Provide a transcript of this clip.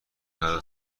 غذا